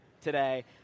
today